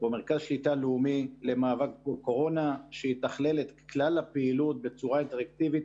לאומי למאבק בקורונה שיתכלל את כלל הפעילות בצורה אינטראקטיבית